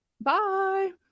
Bye